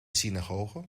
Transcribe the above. synagoge